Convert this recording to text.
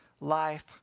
life